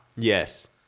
Yes